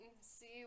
see